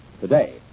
today